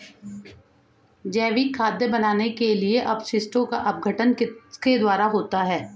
जैविक खाद बनाने के लिए अपशिष्टों का अपघटन किसके द्वारा होता है?